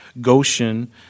Goshen